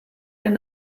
ein